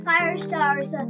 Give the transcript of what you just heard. Firestar's